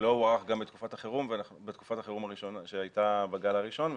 שלא הוארך בתקופת החירום שהייתה בגל הראשון,